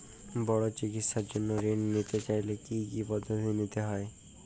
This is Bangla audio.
বড় চিকিৎসার জন্য ঋণ নিতে চাইলে কী কী পদ্ধতি নিতে হয়?